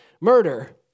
murder